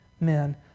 men